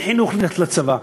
אין חינוך ללכת לצבא,